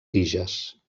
tiges